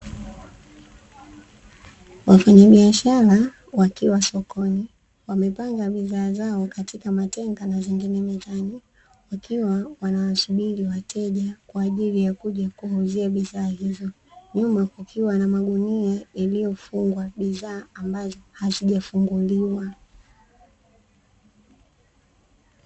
Wafanya biashara wakiwa sokoni wamepanga bidhaa zao katika matenga na zingine mezani , wakiwa wanawasubiria wateja kwaajili ya kuja kuwauzia bidhaa hizo. Nyuma kukiwa na magunia yaliyofunwa bidhaa ambazo hazijafunguliwa